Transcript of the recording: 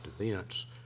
events